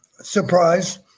surprise